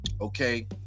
Okay